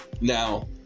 Now